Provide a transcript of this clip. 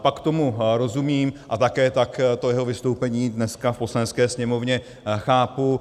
Pak tomu rozumím a také tak to jeho vystoupení dneska v Poslanecké sněmovně chápu.